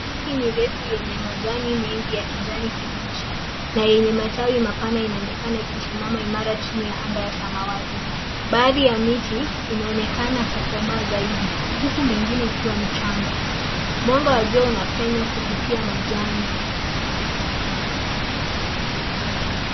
Miti mirefu yenye majani mengi ya kijani kibichi na yenye matawi mapana inaonekana ikisimamama imara chini ya anga ya samawati baadhi ya miti inaonekana kukomaa zaidi huku mengine ikiwa michanga mwanga wa jua unapenya kupitia majani.